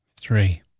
Three